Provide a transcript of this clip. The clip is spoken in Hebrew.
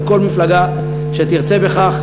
אבל כל מפלגה שתרצה בכך,